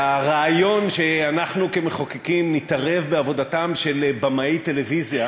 והרעיון שאנחנו כמחוקקים נתערב בעבודתם של במאי טלוויזיה,